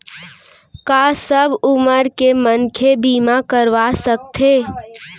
का सब उमर के मनखे बीमा करवा सकथे?